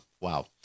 wow